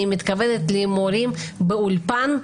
אני מתכוונת למורים באולפן,